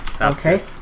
Okay